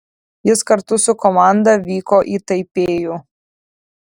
jis kartu su komanda vyko į taipėjų